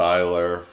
Tyler